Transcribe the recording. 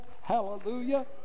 hallelujah